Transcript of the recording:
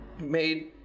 made